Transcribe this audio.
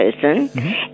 person